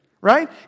right